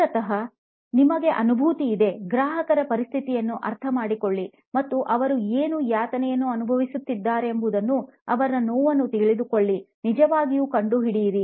ಮೂಲತಃ ನಿಮಗೆ ಅನುಭೂತಿ ಇದೆ ಗ್ರಾಹಕರ ಪರಿಸ್ಥಿತಿಯನ್ನು ಅರ್ಥಮಾಡಿಕೊಳ್ಳಿ ಮತ್ತು ಅವರು ಏನು ಯಾತನೆಯನ್ನು ಅನುಭವಿಸುತ್ತಿದ್ದಾರೆಂಬುದನ್ನು ಅವರ ನೋವನ್ನು ತಿಳಿದುಕೊಳ್ಳಿನಿಜವಾಗಿಯೂ ಕಂಡುಹಿಡಿಯಿರಿ